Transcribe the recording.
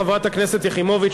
חברת הכנסת יחימוביץ,